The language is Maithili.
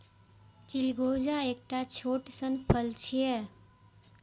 चिलगोजा एकटा छोट सन फल छियै